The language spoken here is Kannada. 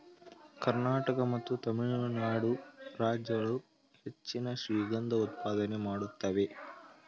ಕರ್ನಾಟಕ ಮತ್ತು ತಮಿಳುನಾಡು ರಾಜ್ಯಗಳು ಹೆಚ್ಚಿನ ಶ್ರೀಗಂಧ ಉತ್ಪಾದನೆ ಮಾಡುತ್ತೇವೆ